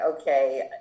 okay